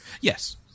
Yes